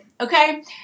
okay